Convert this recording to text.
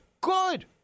Good